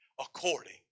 according